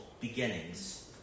beginnings